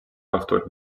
ავტორი